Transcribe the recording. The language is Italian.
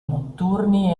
notturni